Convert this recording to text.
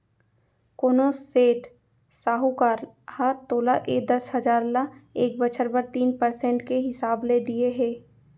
कोनों सेठ, साहूकार ह तोला ए दस हजार ल एक बछर बर तीन परसेंट के हिसाब ले दिये हे?